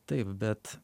taip bet